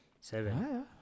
Seven